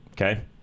okay